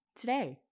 today